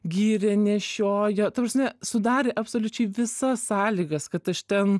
gyrė nešiojo ta prasme sudarė absoliučiai visas sąlygas kad aš ten